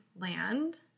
land